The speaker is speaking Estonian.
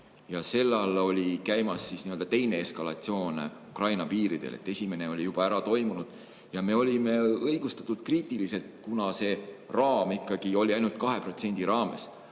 ajal oli käimas nii-öelda teine eskalatsioon Ukraina piiridel, esimene oli juba ära toimunud. Me olime õigustatult kriitilised, kuna see raam oli ikkagi ainult 2%.